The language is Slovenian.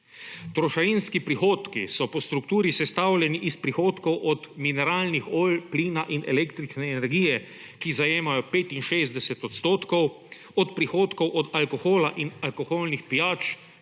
Trošarinski prihodki so po strukturi sestavljeni od prihodkov od mineralnih olj, plina in električne energije, ki zajemajo 65 %, od prihodkov od alkohola in alkoholnih pijač,